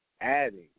adding